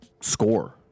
score